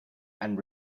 and